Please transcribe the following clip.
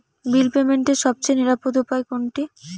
বিল পেমেন্টের সবচেয়ে নিরাপদ উপায় কোনটি?